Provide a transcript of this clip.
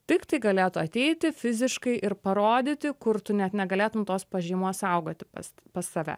tiktai galėtų ateiti fiziškai ir parodyti kur tu net negalėtum tos pažymos saugoti pas pas save